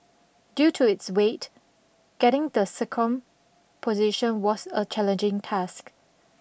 due to its weight getting the sacrum positioned was a challenging task